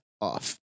off